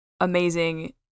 amazing